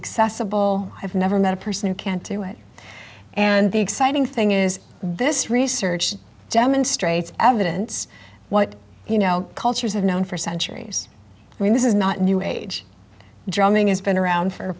accessible i've never met a person who can't do it and the exciting thing is this research demonstrates evidence what you know cultures have known for centuries i mean this is not new age drumming has been around for